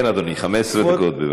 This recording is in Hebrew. כן, אדוני, 15 דקות.